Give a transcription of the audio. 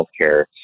healthcare